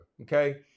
okay